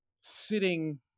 sitting